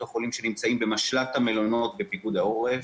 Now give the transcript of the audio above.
החולים שנמצאים במשלט המלונות בפיקוד העורף,